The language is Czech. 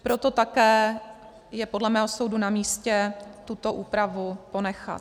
Proto také je podle mého soudu namístě tuto úpravu ponechat.